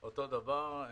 אותו דבר.